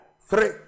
Three